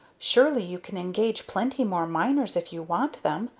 surely you can engage plenty more miners if you want them.